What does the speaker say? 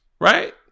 right